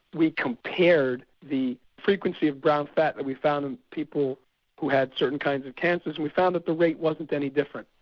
we compared the frequency of brown fat that we found in people who had certain kinds of cancers and we found that the rate wasn't any different.